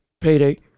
payday